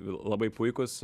labai puikūs